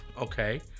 Okay